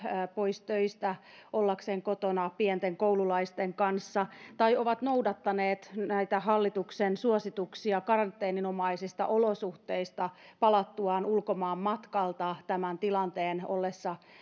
pois töistä ollakseen kotona pienten koululaisten kanssa tai ovat noudattaneet hallituksen suosituksia karanteeninomaisista olosuhteista palattuaan ulkomaanmatkalta tämän tilanteen ollessa